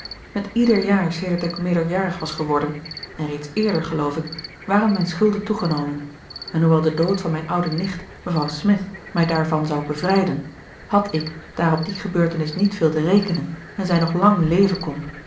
met ieder jaar sedert ik meerderjarig was geworden en reeds eerder geloof ik waren mijn schulden toegenomen en hoewel de dood van mijn oude nicht mevrouw smith mij daarvan zou bevrijden had ik daar op die gebeurtenis niet viel te rekenen en zij nog lang leven kon